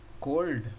cold